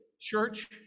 church